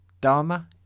Dharma